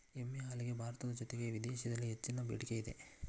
ಎಮ್ಮೆ ಹಾಲಿಗೆ ಭಾರತದ ಜೊತೆಗೆ ವಿದೇಶಿದಲ್ಲಿ ಹೆಚ್ಚಿನ ಬೆಡಿಕೆ ಇದೆ